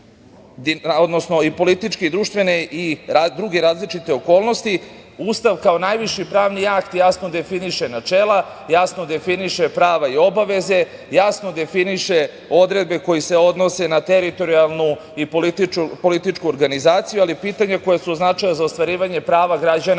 dinamične političke, društvene, i druge različite okolnosti, Ustav kao najviši pravni akt jasno definiše načela, jasno definiše prava i obaveze, jasno definiše odredbe koje se odnose na teritorijalnu i političku organizaciju, ali i pitanja koja su od značaja za ostvarivanje prava građana